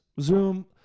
Zoom